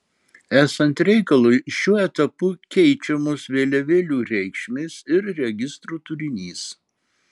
esant reikalui šiuo etapu keičiamos vėliavėlių reikšmės ir registrų turinys